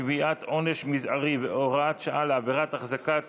קביעת עונש מזערי והוראת שעה לעבירת החזקת